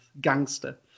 gangster